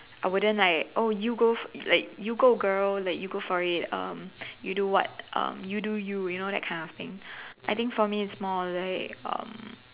I wouldn't like oh you go for like you go girl like you go for it um you do what um you do you you know that kind of thing I think for me is more like um